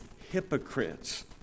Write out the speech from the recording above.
hypocrites